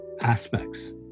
aspects